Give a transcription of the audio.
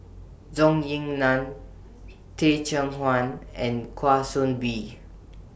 Zhou Ying NAN Teh Cheang Wan and Kwa Soon Bee